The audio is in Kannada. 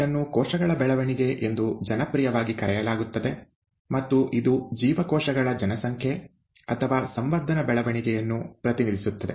ಇದನ್ನು ʼಕೋಶಗಳ ಬೆಳವಣಿಗೆʼ ಎಂದು ಜನಪ್ರಿಯವಾಗಿ ಕರೆಯಲಾಗುತ್ತದೆ ಮತ್ತು ಇದು ಜೀವಕೋಶಗಳ ಜನಸಂಖ್ಯೆ ಅಥವಾ ಸಂವರ್ಧನ ಬೆಳವಣಿಗೆಯನ್ನು ಪ್ರತಿನಿಧಿಸುತ್ತದೆ